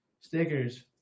Stickers